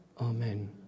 amen